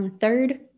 Third